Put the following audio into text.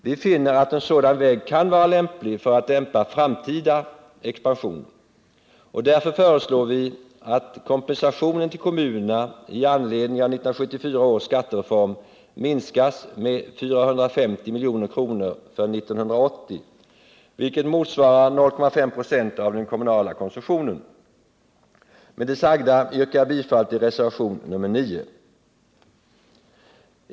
Vi finner att en sådan väg kan vara lämplig för att dämpa framtida expansion, och därför föreslår vi att kompensationen till kommunerna i anledning av 1974 års skattereform minskas med 450 milj.kr. för 1980, vilket motsvarar 0,5 96 av den kommunala konsumtionen. Med det sagda yrkar jag bifall till reservationen 9.